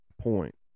point